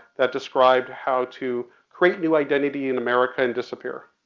that described how to create new identity in america and disappear.